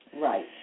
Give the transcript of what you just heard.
Right